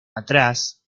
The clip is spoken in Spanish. atrás